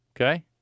Okay